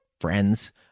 friends